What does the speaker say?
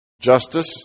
Justice